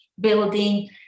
building